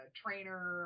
trainer